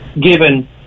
given